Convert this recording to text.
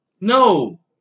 No